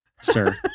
sir